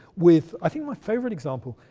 with i think my favourite example,